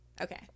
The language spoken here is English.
Okay